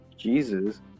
Jesus